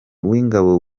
w’ingabo